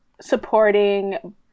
supporting